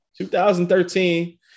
2013